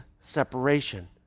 separation